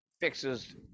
fixes